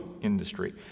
industry